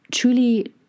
Truly